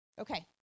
Okay